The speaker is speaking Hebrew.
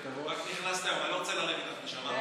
רק נכנסת היום, אני לא רוצה לריב איתך, נשמה.